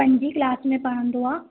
पंजी क्लास पढ़ंदो आहे